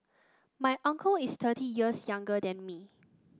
my uncle is thirty years younger than me